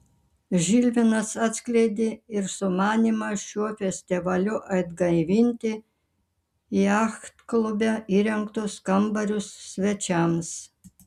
žilvinas atskleidė ir sumanymą šiuo festivaliu atgaivinti jachtklube įrengtus kambarius svečiams